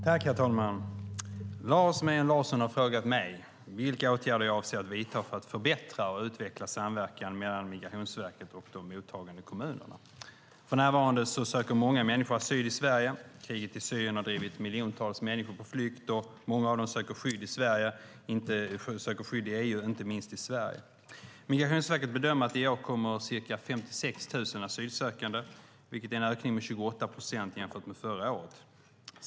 Herr talman! Lars Mejern Larsson har frågat mig vilka åtgärder jag avser att vidta för att förbättra och utveckla samverkan mellan Migrationsverket och de mottagande kommunerna. För närvarande söker många människor asyl i Sverige. Kriget i Syrien har drivit miljontals människor på flykt och många av dem söker skydd i EU, inte minst i Sverige. Migrationsverket bedömer att det i år kommer ca 56 000 asylsökande, vilket är en ökning med 28 procent jämfört med förra året.